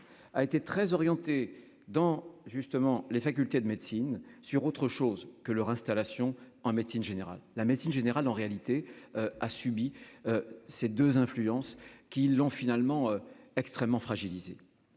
a été très orienté dans justement les facultés de médecine sur autre chose que leur installation en médecine générale, la médecine générale en réalité a subi ces 2 influences qui l'ont finalement extrêmement fragilisé,